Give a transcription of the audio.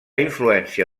influència